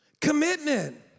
commitment